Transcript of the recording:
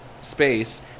space